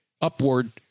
upward